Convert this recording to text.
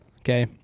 Okay